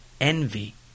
envy